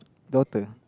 daughter